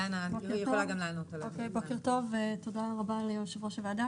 תודה רבה ליושב-ראש הוועדה.